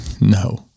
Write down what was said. No